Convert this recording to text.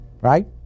Right